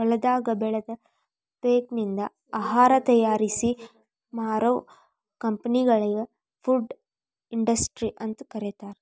ಹೊಲದಾಗ ಬೆಳದ ಪೇಕನಿಂದ ಆಹಾರ ತಯಾರಿಸಿ ಮಾರೋ ಕಂಪೆನಿಗಳಿ ಫುಡ್ ಇಂಡಸ್ಟ್ರಿ ಅಂತ ಕರೇತಾರ